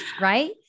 right